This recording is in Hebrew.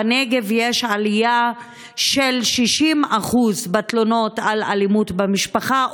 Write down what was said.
בנגב יש עלייה של 60% בתלונות על אלימות במשפחה.